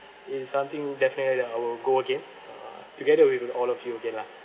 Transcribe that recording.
it's something definitely I will go again together uh with all of you again lah